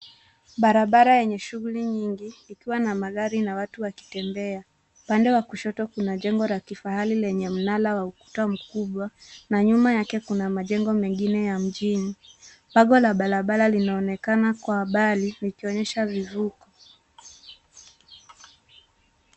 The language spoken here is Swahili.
Barabara yenye shughuli nyingi ikiwa na magari na watu wakitembea. Upande wa kushoto kuna jengo la kifahari lenye mnara wa ukuta mkubwa na nyuma yake kuna majengo mengine ya mjini. Bango la barabara linaonekana kwa mbali vikionyesha vivuko.